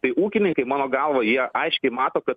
tai ūkininkai mano gavo jie aiškiai mato kad